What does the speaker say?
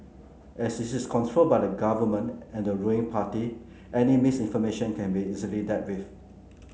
as it is controlled by the Government and the ruling party any misinformation can be easily dealt with